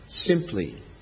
simply